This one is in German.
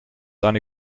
eine